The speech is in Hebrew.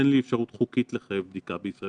אין לי אפשרות חוקית לחייב בדיקה בישראל.